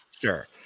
sure